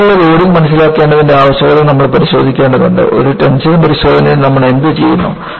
ആവർത്തിച്ചുള്ള ലോഡിംഗ് മനസിലാക്കേണ്ടതിന്റെ ആവശ്യകത നമ്മൾ പരിശോധിക്കേണ്ടതുണ്ട് ഒരു ടെൻഷൻ പരിശോധനയിൽ നമ്മൾ എന്തുചെയ്യുന്നു